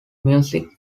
music